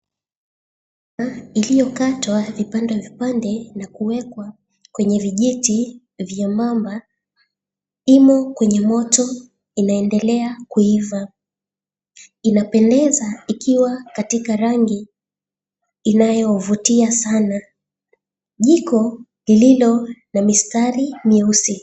Iliyokatwa vipande vipande na kuwekwa kwenye vijiti vya mamba, imo kwenye moto inaendelea kuiva. Inapendeza ikiwa katika rangi inayovutia sana. Jiko lililo na mistari nyeusi.